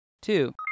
two